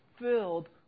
filled